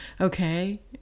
Okay